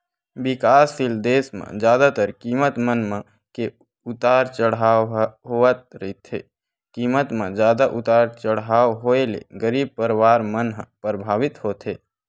बिकाससील देस म जादातर कीमत मन म के उतार चड़हाव होवत रहिथे कीमत म जादा उतार चड़हाव होय ले गरीब परवार मन ह परभावित होथे